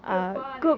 good body